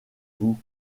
vous